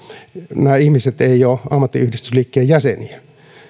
nämä ihmiset eivät ole ammattiyhdistysliikkeen jäseniä